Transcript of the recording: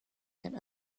can